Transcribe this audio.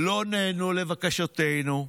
לא נענו לבקשתנו,